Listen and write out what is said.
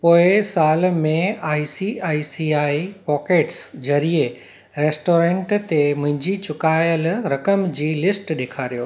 पोएं साल में I C I C I pockets ज़रिए रेस्टोरेंट ते मुंहिंजी चुकायलु रक़म जी लिस्ट ॾेखारियो